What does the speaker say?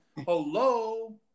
hello